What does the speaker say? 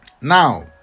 Now